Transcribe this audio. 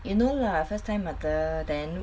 you know lah first time mother then